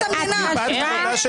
--- מפאת כבודה של